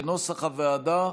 כנוסח הוועדה,